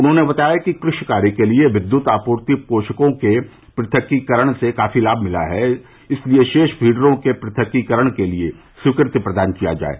उन्होंने बताया कि कृशि कार्य के लिए विद्युत आपूर्ति पोशकों के पुथकीकरण से काफी लाभ मिल रहा है इसलिए षेश फीडरों के पुथकीकरण के लिए स्वीकृति प्रदान कर दी जाये